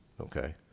okay